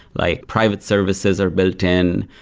like private services are built in,